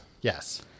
Yes